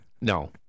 No